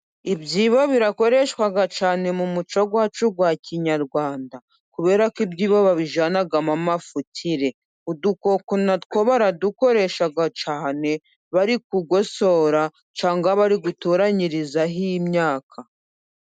Ibyibo birakoreshwa cyane mu muco wacu wa kinyarwanda, kubera ko ibyibo babijyanamo amapfukire. Udukoko na two baradukoresha cyane bari kugosora, cyangwa bari gutoranyiririzaho imyaka.